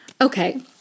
Okay